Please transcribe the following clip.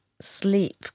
sleep